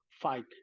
fight